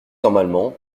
normalement